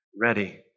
ready